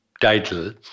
title